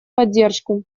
поддержку